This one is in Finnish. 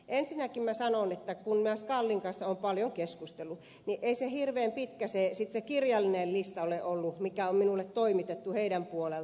ensinnäkin minä sanon että kun minä olen skalin kanssa paljon keskustellut niin ei se kirjallinen lista hirveän pitkä ole ollut mikä on minulle toimitettu heidän puoleltaan